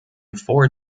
four